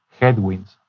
headwinds